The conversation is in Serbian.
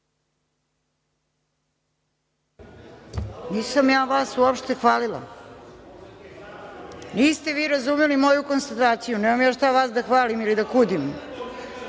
Nisam ja vas uopšte hvalila. Niste vi razumeli moju konstataciju. Nemam ja šta vas da hvalim ili da kudim. Ja